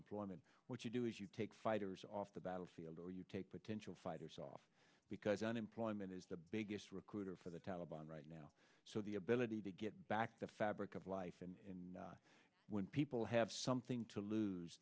employment what you do is you take fighters off the battlefield or you take potential fighters off because unemployment is the biggest recruiter for the taliban right now so the ability to get back the fabric of life in when people have something to lose